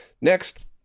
next